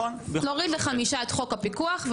להוריד לחמישה את חוק הפיקוח,